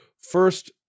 first